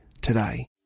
today